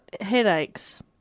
headaches